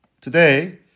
Today